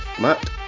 Matt